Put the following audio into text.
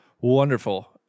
Wonderful